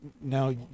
now